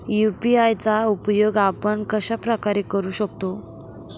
UPI चा उपयोग आपण कशाप्रकारे करु शकतो?